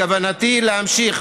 בכוונתי להמשיך